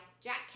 Jack